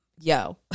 yo